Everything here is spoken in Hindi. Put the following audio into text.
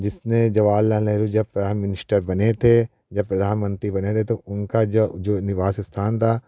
जिसमें जवाहरलाल नेहरू जब प्राइम मिनिस्टर बने थे जब प्रधानमंत्री बने थे तो उनका जो जो निवास स्थान था